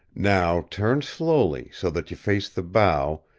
now turn slowly, so that you face the bow,